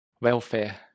welfare